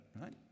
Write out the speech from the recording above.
Right